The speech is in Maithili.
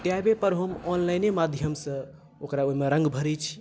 टैबे पर हम ऑनलाइ ने माध्यमसँ ओकरा ओहि मे रंग भरै छी